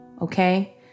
Okay